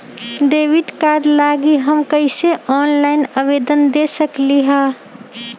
Debit card लागी हम कईसे ऑनलाइन आवेदन दे सकलि ह?